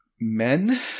men